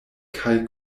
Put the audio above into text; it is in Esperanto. kaj